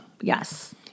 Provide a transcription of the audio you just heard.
Yes